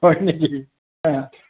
হয় নেকি